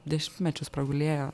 dešimtmečius pragulėjo